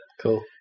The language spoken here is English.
cool